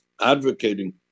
advocating